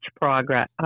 progress